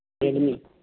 Redmi